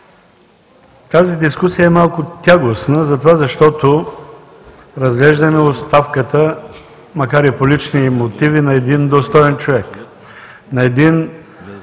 Тази дискусия е малко тягостна, защото разглеждаме оставката, макар и по лични мотиви, на един достоен човек.